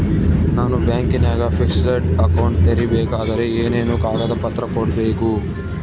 ನಾನು ಬ್ಯಾಂಕಿನಾಗ fixed account ತೆರಿಬೇಕಾದರೆ ಏನೇನು ಕಾಗದ ಪತ್ರ ಕೊಡ್ಬೇಕು?